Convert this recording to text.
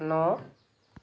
ন